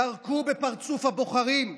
ירקו בפרצוף הבוחרים,